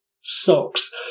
socks